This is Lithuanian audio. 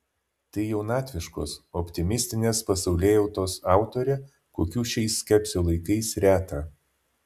tai jaunatviškos optimistinės pasaulėjautos autorė kokių šiais skepsio laikais reta